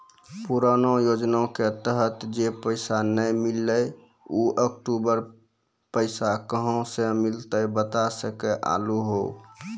पुराना योजना के तहत जे पैसा नै मिलनी ऊ अक्टूबर पैसा कहां से मिलते बता सके आलू हो?